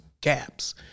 gaps